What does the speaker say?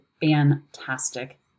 fantastic